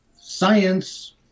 science